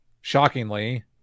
Shockingly